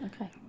Okay